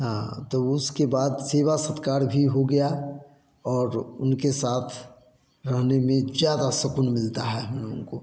तो उसके बाद सेवा सत्कार भी हो गया और उनके साथ रहने में ज़्यादा सकून मिलता है हम लोगों को